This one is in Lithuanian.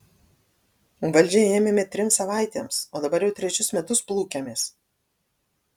valdžią ėmėme trims savaitėms o dabar jau trečius metus plūkiamės